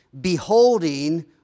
beholding